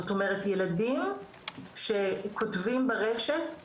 זאת אומרת ילדים שכותבים ברשת,